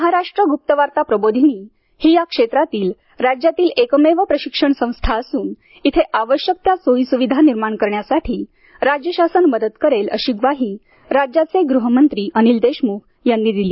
महाराष्ट्र गुप्तवार्ता प्रबोधिनी ही या क्षेत्रातील राज्यातील एकमेव प्रशिक्षण संस्था असून इथे आवश्यक त्या सोयी सुविधा निर्माण करण्यासाठी राज्य शासन मदत करेल अशी ग्वाही गृहमंत्री अनिल देशमुख यांनी दिली